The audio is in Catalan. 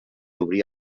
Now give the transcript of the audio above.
obrir